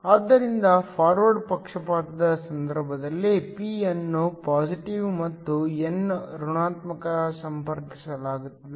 ಆದ್ದರಿಂದ ಫಾರ್ವರ್ಡ್ ಪಕ್ಷಪಾತದ ಸಂದರ್ಭದಲ್ಲಿ p ಅನ್ನು ಪಾಸಿಟಿವ್ ಮತ್ತು n ಋಣಾತ್ಮಕಕ್ಕೆ ಸಂಪರ್ಕಿಸಲಾಗಿದೆ